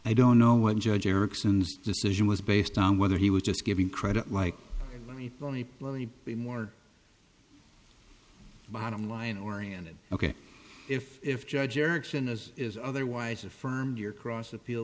i don't know what judge eriksson's decision was based on whether he was just giving credit like me only let me be more bottom line oriented ok if if judge erickson as is otherwise affirmed your cross appeal